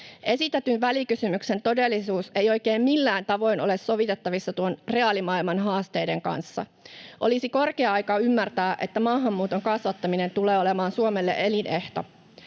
Esitetyn välikysymyksen todellisuus ei oikein millään tavoin ole sovitettavissa noiden reaalimaailman haasteiden kanssa. Olisi korkea aika ymmärtää, että maahanmuuton kasvattaminen tulee olemaan Suomelle elinehto.